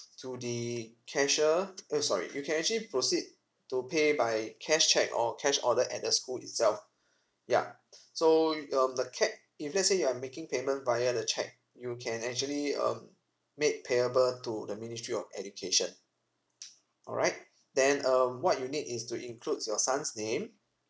to the cashier uh sorry you can actually proceed to pay by cash cheque or cash order at the school itself ya so um the ca~ if let's say you are making payment via the cheque you can actually um made payable to the ministry of education alright then um what you need is to includes your son's name